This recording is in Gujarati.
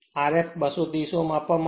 Rf 230 Ω આપવામાં આવેલ છે